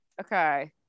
Okay